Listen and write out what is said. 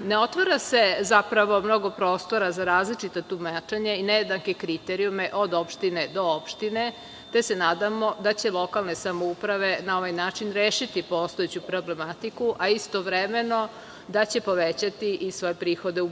ne otvara se zapravo mnogo prostora za različita tumačenja i nejednake kriterijume od opštine do opštine, te se nadamo da će lokalne samouprave na ovaj način rešiti postojeću problematiku, a istovremeno, da će povećati i svoje prihode u